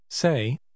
Say